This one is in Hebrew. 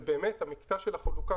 ובאמת המקטע של החלוקה,